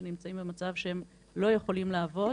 שנמצאים במצב בו הם לא יכולים לעבוד.